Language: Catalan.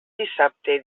dissabte